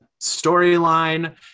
storyline